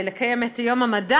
לקיים בו את יום המד,